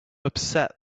upset